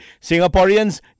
Singaporeans